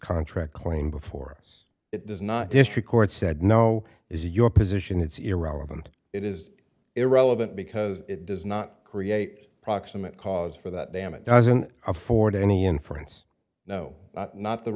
contract claim before us it does not district court said no is your position it's irrelevant it is irrelevant because it does not create proximate cause for that damage doesn't afford any inference no not the